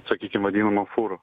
sakykim vadinamų fūrų